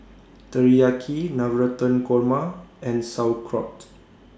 Teriyaki Navratan Korma and Sauerkraut